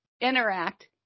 interact